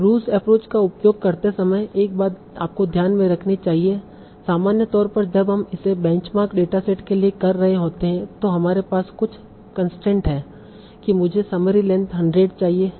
अब ROUGE approach का उपयोग करते समय एक बात आपको ध्यान में रखनी चाहिए सामान्य तौर पर जब हम इसे बेंचमार्क डेटासेट के लिए कर रहे होते हैं तो हमारे पास कुछ कंसट्रेंट है कि मुझे समरी लेंथ 100 चाहिए